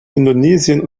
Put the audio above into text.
indonesien